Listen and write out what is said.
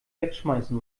wegschmeißen